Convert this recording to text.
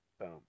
Boom